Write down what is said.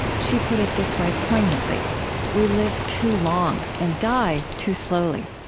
she put it this way, poignantly we live too long and die too slowly.